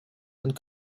and